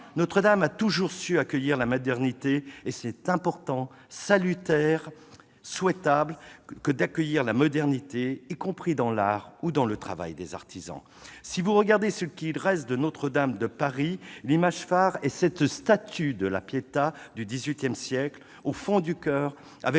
Notre-Dame a toujours su accueillir la modernité, et c'est important, salutaire, souhaitable que d'accueillir la modernité, y compris dans l'art ou dans le travail des artisans. « Si vous regardez ce qu'il reste de Notre-Dame de Paris, l'image phare est cette statue de la Pietà du XVIII siècle, au fond du choeur, avec